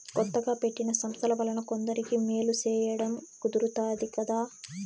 కొత్తగా పెట్టిన సంస్థల వలన కొందరికి మేలు సేయడం కుదురుతాది కదా